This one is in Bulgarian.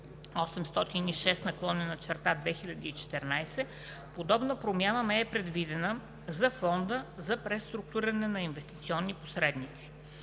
806/2014, подобна промяна не е предвидена за Фонда за преструктуриране на инвестиционни посредници.